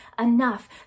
enough